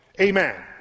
Amen